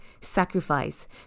sacrifice